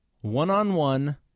One-on-one